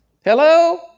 Hello